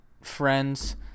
friends